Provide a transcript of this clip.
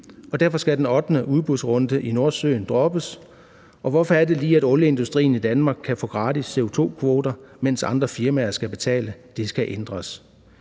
Derfor skal den ottende udbudsrunde i Nordsøen droppes. Og hvorfor er det lige, at olieindustrien i Danmark kan få gratis CO2-kvoter, mens andre firmaer skal betale? Det skal ændres.